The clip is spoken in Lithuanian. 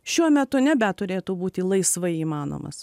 šiuo metu ne bet turėtų būti laisvai įmanomas